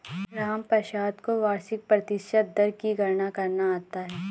रामप्रसाद को वार्षिक प्रतिशत दर की गणना करना आता है